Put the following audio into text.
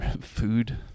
food